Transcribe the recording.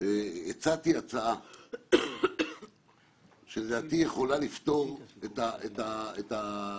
הצעתי הצעה שלדעתי יכולה לפתור את זה,